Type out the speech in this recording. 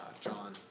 John